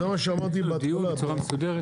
זה מה שאמרתי בהתחלה.